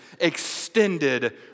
extended